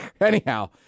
Anyhow